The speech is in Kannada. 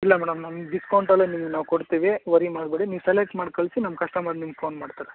ಇಲ್ಲ ಮೇಡಮ್ ನಮ್ಮ ಡಿಸ್ಕೌಂಟಲ್ಲೇ ನಿಮ್ಗೆ ನಾವು ಕೊಡ್ತೀವಿ ವರಿ ಮಾಡಬೇಡಿ ನೀವು ಸೆಲೆಕ್ಟ್ ಮಾಡಿ ಕಳಿಸಿ ನಮ್ಮ ಕಸ್ಟಮರ್ ನಿಮ್ಗೆ ಫೋನ್ ಮಾಡ್ತಾರೆ